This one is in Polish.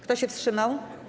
Kto się wstrzymał?